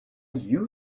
you